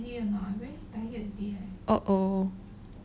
oh oh